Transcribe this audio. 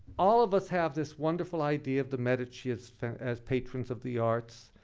all of us have this wonderful idea of the medici as as patrons of the arts,